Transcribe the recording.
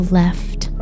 left